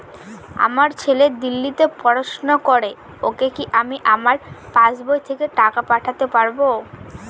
আমার ছেলে দিল্লীতে পড়াশোনা করে ওকে কি আমি আমার পাসবই থেকে টাকা পাঠাতে পারব?